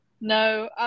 no